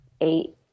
eight